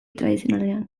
tradizionalean